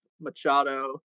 Machado